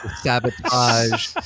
Sabotage